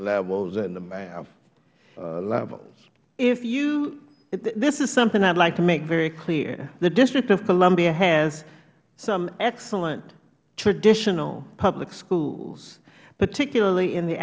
levels and the math levels ms edelin this is something i would like to make very clear the district of columbia has some excellent traditional public schools particularly in the